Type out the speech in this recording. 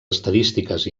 estadístiques